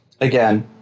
Again